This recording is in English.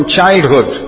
childhood